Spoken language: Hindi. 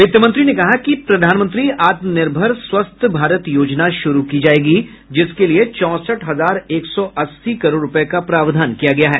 वित्त मंत्री ने कहा कि प्रधानमंत्री आत्मनिर्भर स्वस्थ भारत योजना शुरू की जायेगी जिसके लिये चौंसठ हजार एक सौ अस्सी करोड़ रूपये का प्रावधान किया गया है